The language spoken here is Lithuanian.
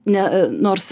ne nors